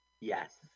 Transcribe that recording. Yes